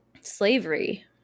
slavery